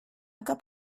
cup